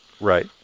Right